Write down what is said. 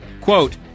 quote